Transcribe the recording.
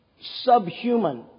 subhuman